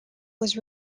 was